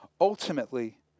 ultimately